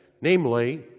Namely